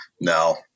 No